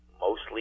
mostly